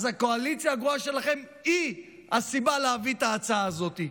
אז הקואליציה הגרועה שלכם היא הסיבה להביא את ההצעה הזאת,